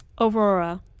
Aurora